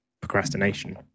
procrastination